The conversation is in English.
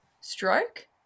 stroke